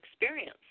experience